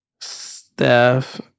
Steph